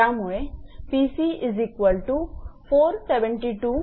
त्यामुळे 𝑃𝑐472